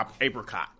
apricot